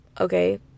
Okay